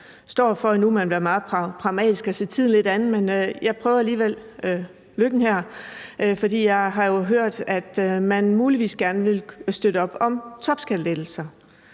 står for, endnu; man vil være meget pragmatisk og ser tiden lidt an. Men jeg prøver alligevel lykken her, fordi jeg jo har hørt, at man muligvis gerne vil støtte op om topskattelettelser.